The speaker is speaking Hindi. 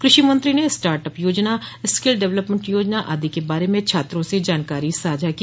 कृषि मंत्री ने स्टार्ट अप योजना स्किल डेप्लमेंट योजना आदि के बारे में छात्रों से जानकारी साझा की